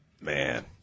Man